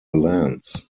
lance